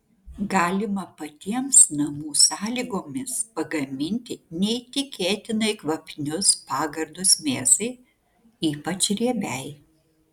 galima patiems namų sąlygomis pagaminti neįtikėtinai kvapnius pagardus mėsai ypač riebiai